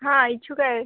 हा इच्छुक आहे